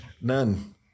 None